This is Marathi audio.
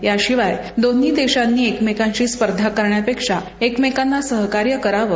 याशिवाय दोन्ही देशांनी एकमेकांशी स्पर्धा करण्यापेक्षा एकमेकांना सहकार्य करावं